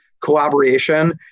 collaboration